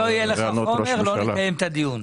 אם לא יהיה לך חומר, לא נקיים את הדיון.